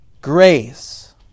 Grace